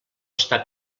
està